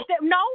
no